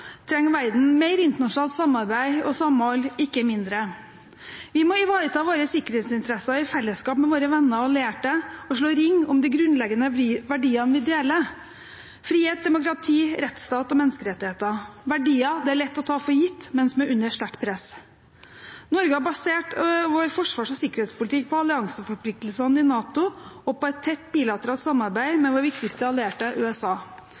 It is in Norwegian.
trenger verden mer internasjonalt samarbeid og samhold, ikke mindre. Vi må ivareta våre sikkerhetsinteresser i fellesskap med våre venner og allierte og slå ring om de grunnleggende verdiene vi deler: frihet, demokrati, rettsstat og menneskerettigheter – verdier det er lett å ta for gitt, men som er under sterkt press. Vi har i Norge basert vår forsvars- og sikkerhetspolitikk på allianseforpliktelsene i NATO og på et tett bilateralt samarbeid med vår viktigste allierte, USA.